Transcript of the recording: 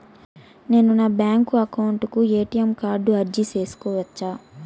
నేను నా bank account కు ఎ.టి.ఎం కార్డు అర్జీ సేసుకోవచ్చా?